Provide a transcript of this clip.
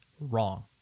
wrong